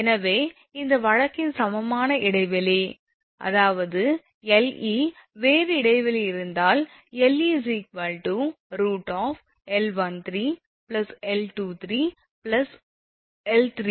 எனவே அந்த வழக்கில் சமமான இடைவெளி அதாவது 𝐿𝑒 வேறு இடைவெளி இருந்தால் 𝐿𝑒 √𝐿13𝐿23𝐿33𝐿43⋯𝐿𝑛3𝐿1𝐿2𝐿3𝐿4⋯𝐿𝑛